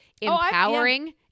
empowering